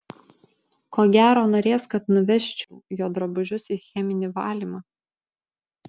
ko gero norės kad nuvežčiau jo drabužius į cheminį valymą